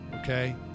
okay